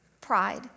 pride